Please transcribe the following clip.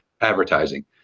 advertising